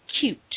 cute